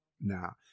Now